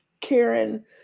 Karen